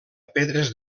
pedres